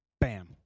Bam